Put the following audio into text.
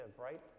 right